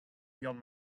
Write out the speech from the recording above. beyond